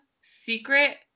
secret